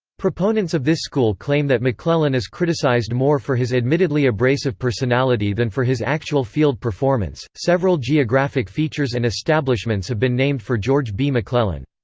proponents of this school claim that mcclellan is criticized more for his admittedly abrasive personality than for his actual field performance several geographic features and establishments have been named for george b. mcclellan.